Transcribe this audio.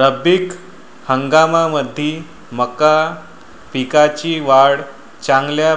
रब्बी हंगामामंदी मका पिकाची वाढ चांगल्या